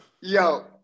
yo